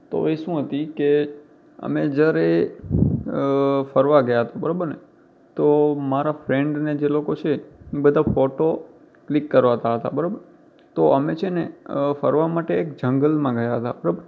તો એ શું હતી કે અમે જયારે ફરવા ગયા હતા બરાબરને તો મારા ફ્રેન્ડને જે લોકો છે એ બધા ફોટો ક્લિક કરાવતા હતા બરાબર તો એમે છે ને ફરવા માટે એક જંગલમાં ગયા હતા બરાબર